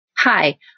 Hi